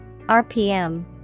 rpm